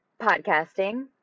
podcasting